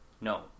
No